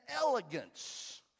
elegance